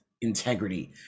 integrity